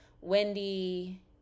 Wendy